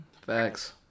Facts